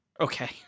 Okay